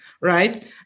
right